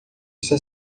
está